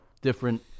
different